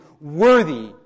worthy